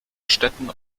städten